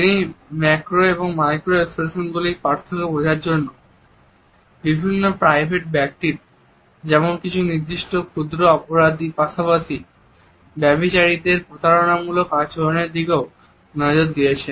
তিনি ম্যাক্রো এবং মাইক্রো এক্সপ্রেশনগুলির পার্থক্য বোঝার জন্য বিভিন্ন প্রাইভেট ব্যক্তির যেমন কিছু নির্দিষ্ট ক্ষুদ্র অপরাধীদের পাশাপাশি ব্যভিচারীদের প্রতারণামূলক আচরণের দিকেও নজর দিয়েছেন